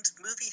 movie